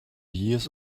years